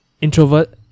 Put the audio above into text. introvert